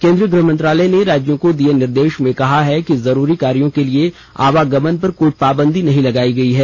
केंद्रीय गृह मंत्रालय ने राज्यों को दिये निर्देष में कहा है कि जरूरी कार्यों के लिए आवागमन पर कोई पाबंदी नहीं लगायी गयी है